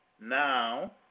Now